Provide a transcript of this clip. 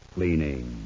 Cleaning